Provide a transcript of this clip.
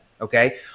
okay